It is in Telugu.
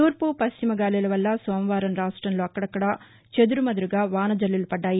తూర్పు పశ్చిమ గాలుల వల్ల సోమవారం రాష్టంలో అక్కడక్కడ చెదురుమదురుగా వాస జల్లులు పడ్డాయి